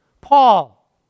Paul